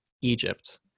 Egypt